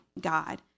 God